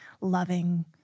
loving